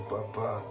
Papa